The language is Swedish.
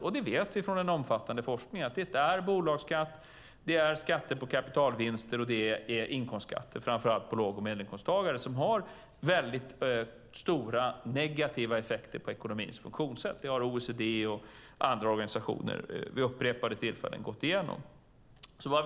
Vi vet från den omfattande forskningen att bolagsskatt, skatt på kapitalvinster och inkomstskatter framför allt för låg och medelinkomsttagare har stora negativa effekter på ekonomins funktionssätt. Det har OECD och andra organisationer vid upprepade tillfällen undersökt.